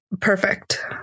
perfect